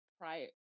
prior